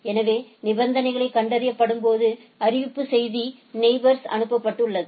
எனவே நிபந்தனைகள் கண்டறியப்படும்போது அறிவிப்பு செய்தி நெயிபோர்ஸ்க்கு அனுப்பப்பட்டுள்ளது